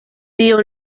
dio